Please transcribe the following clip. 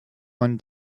one